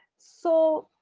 so.